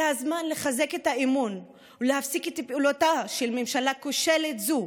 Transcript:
זה הזמן לחזק את האמון ולהפסיק את פעולתה של ממשלה כושלת זו,